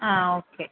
ആ ഓക്കേ